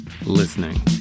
listening